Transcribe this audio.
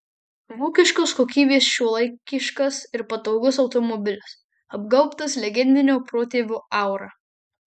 vokiškos kokybės šiuolaikiškas ir patogus automobilis apgaubtas legendinio protėvio aura